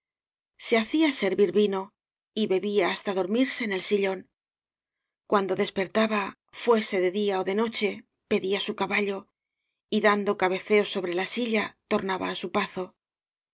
ha cía servir vino y bebía hasta dormirse en el sillón cuando despertaba fuese de día ó de noche pedía su caballo y dando cabeceos sobre la silla tornaba á su pazo